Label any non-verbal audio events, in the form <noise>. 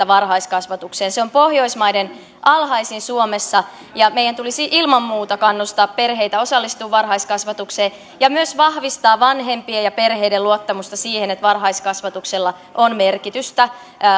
<unintelligible> varhaiskasvatukseen se on pohjoismaiden alhaisin suomessa ja meidän tulisi ilman muuta kannustaa perheitä osallistumaan varhaiskasvatukseen ja myös vahvistaa vanhempien ja perheiden luottamusta siihen että varhaiskasvatuksella on merkitystä myöskin